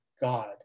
God